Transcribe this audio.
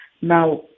Now